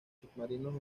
submarinos